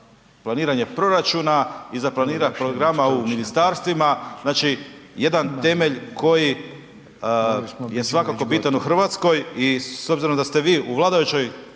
planiranje proračuna i za planiranje programa u ministarstvima, znači jedan temelj koji je svakako biran u Hrvatskoj. I s obzirom da ste vi u vladajućoj